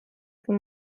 for